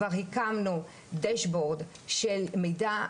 כבר הקמנו דשבורד של מידע,